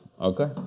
Okay